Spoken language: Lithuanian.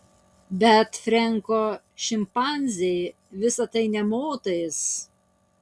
bet frenko šimpanzei visa tai nė motais